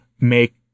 make